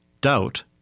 doubt